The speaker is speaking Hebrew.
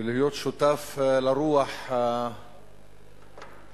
ולהיות שותף לרוח הרעננה